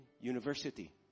university